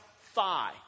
thigh